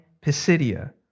Pisidia